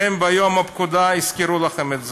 שהם, ביום פקודה, יזכרו לכם את זה.